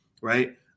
right